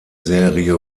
serie